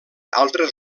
altres